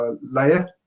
layer